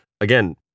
again